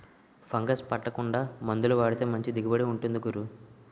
fungus పట్టకుండా మందులు వాడితే మంచి దిగుబడి ఉంటుంది గురూ